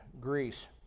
Greece